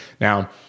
Now